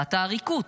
מצוות העריקות.